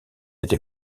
été